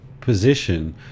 position